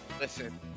Listen